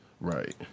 right